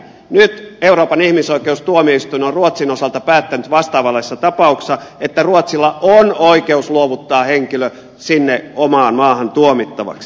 nyt euroopan ihmisoikeustuomioistuin on ruotsin osalta päättänyt vastaavanlaisessa tapauksessa että ruotsilla on oikeus luovuttaa henkilö sinne omaan maahan tuomittavaksi